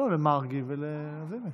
למרגי וללזימי.